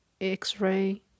x-ray